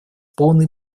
полной